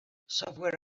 software